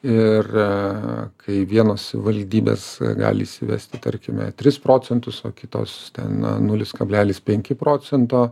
ir kai vienos savivaldybės gali įsivesti tarkime tris procentus o kitos ten na nulis kablelis penki procento